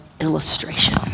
illustration